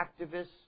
activists